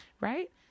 right